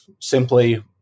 simply